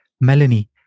Melanie